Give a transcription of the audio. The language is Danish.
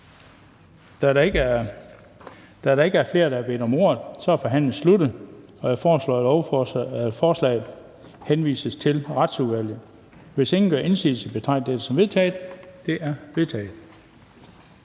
Da der ikke er flere, der har bedt om ordet, er forhandlingen sluttet. Jeg foreslår, at forslaget til folketingebeslutning henvises til Retsudvalget. Hvis ingen gør indsigelse, betragter jeg det som vedtaget. Det er vedtaget.